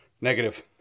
Negative